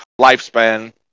lifespan